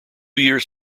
years